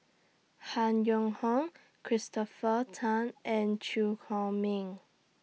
Han Yong Hong Christopher Tan and Chew Chor Meng